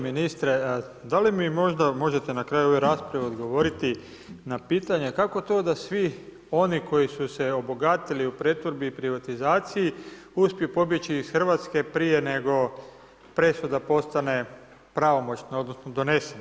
Ministre, da li mi možda možete na kraju ove rasprave odgovoriti na pitanje, kako to da svi oni koji su se obogatili u pretvorbi i privatizaciji uspiju pobjeći iz RH prije nego presuda postane pravomoćna odnosno donesena.